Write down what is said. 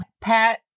Pat